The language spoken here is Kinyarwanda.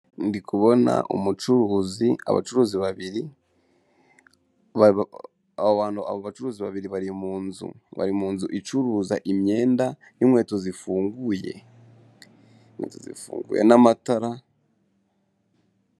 Ndabona umucuruzi, abacuruzi babiri, abo bacuruzi babiri bari munzu icuruza imyenda, n'inkweto zifunguye, n'amatara.